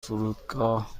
فرودگاه